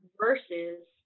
Versus